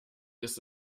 ist